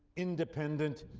independent,